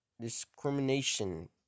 discrimination